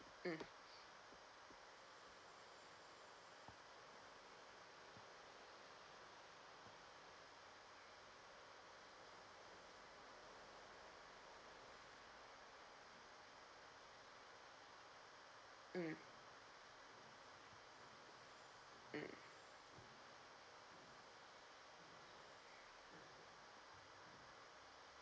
mm mm mm